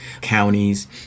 counties